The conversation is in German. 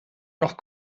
noch